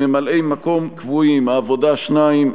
ממלאי-מקום קבועים: העבודה: שניים,